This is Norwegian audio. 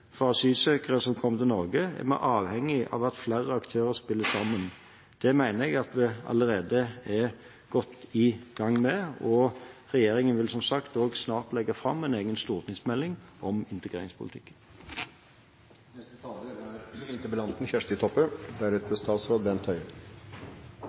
for asylsøkerne som kommer til Norge, er vi avhengig av at flere aktører spiller sammen. Det mener jeg at vi allerede er godt i gang med, og regjeringen vil som sagt snart legge fram en egen stortingsmelding om integreringspolitikken. Takk for svaret frå helse- og omsorgsministeren. Det er